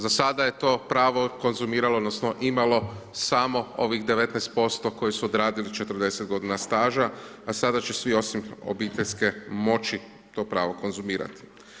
Za sada je to pravo konzumiralo, odnosno imalo samo ovih 19% koji su odradili 40 godina staža, a sada će svi osim obiteljske moći to pravo konzumirati.